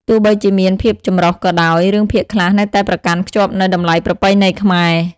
ទោះបីជាមានភាពចម្រុះក៏ដោយ រឿងភាគខ្លះនៅតែប្រកាន់ខ្ជាប់នូវ តម្លៃប្រពៃណី ខ្មែរ។